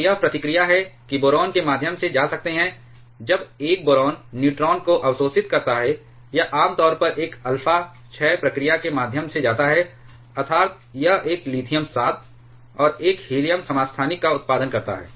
तो यह प्रतिक्रिया है कि बोरान के माध्यम से जा सकते हैं जब एक बोरान न्यूट्रॉन को अवशोषित करता है यह आम तौर पर एक अल्फा क्षय प्रक्रिया के माध्यम से जाता है अर्थात् यह एक लिथियम 7 और 1 हीलियम समस्थानिक का उत्पादन करता है